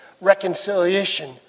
reconciliation